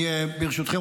ברשותכם,